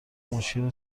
مشکل